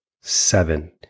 seven